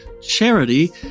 charity